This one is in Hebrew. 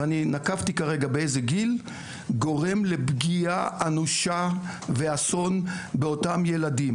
ואני נקבתי כרגע באיזה גיל - גורם לפגיעה אנושה ואסון באותם ילדים,